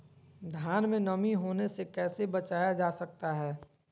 धान में नमी होने से कैसे बचाया जा सकता है?